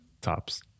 tops